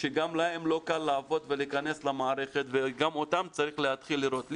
שגם להם לא קל לעבוד ולהיכנס למערכת וגם אותם צריך להתחיל לראות.